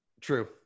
True